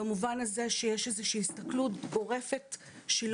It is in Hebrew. במובן הזה שיש איזושהי הסתכלות גורפת שהיא